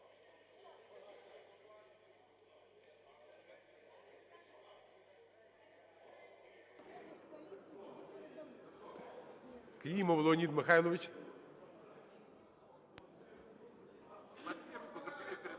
Клімов Леонід Михайлович.